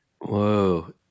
Whoa